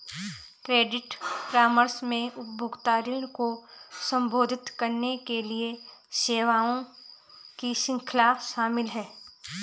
credit परामर्श में उपभोक्ता ऋण को संबोधित करने के लिए सेवाओं की श्रृंखला शामिल है